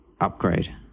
upgrade